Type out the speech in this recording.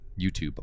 YouTube